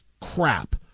crap